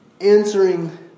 answering